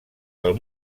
del